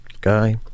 guy